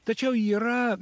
tačiau yra